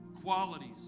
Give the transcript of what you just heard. Qualities